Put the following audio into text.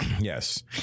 Yes